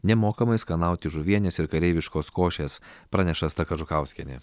nemokamai skanauti žuvienės ir kareiviškos košės praneša asta kažukauskienė